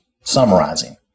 summarizing